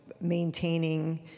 maintaining